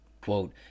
Quote